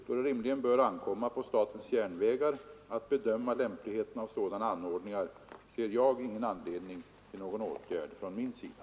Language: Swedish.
Då det rimligen bör ankomma på statens järnvägar att bedöma lämpligheten av sådana anordningar ser jag ingen anledning till någon åtgärd från min sida.